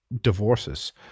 divorces